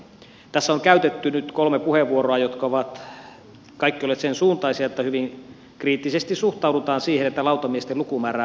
tässä on käytetty nyt kolme puheenvuoroa jotka ovat kaikki olleet sen suuntaisia että hyvin kriittisesti suhtaudutaan siihen että lautamiesten lukumäärää vähennetään